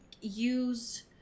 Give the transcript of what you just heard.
use